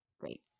Great